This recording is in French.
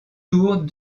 tours